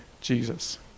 Jesus